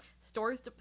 stores